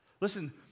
Listen